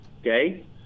okay